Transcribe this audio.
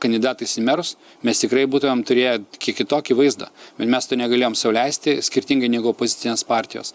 kandidatais į merus mes tikrai būtumėm turėję kiek kitokį vaizdą bet mes to negalėjom sau leisti skirtingai negu opozicinės partijos